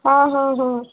ହଁ ହଁ ହଁ